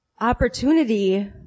opportunity